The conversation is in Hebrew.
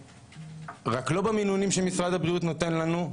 רק לא במינונים שמשרד הבריאות נותן לנו,